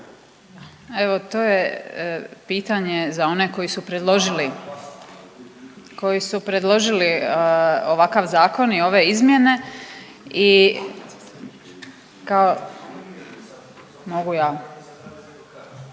Evo to je pitanje za one koji su predložili ovakav zakon i ove izmjene